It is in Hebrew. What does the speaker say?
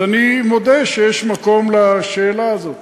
אז אני מודה שיש מקום לשאלה הזו,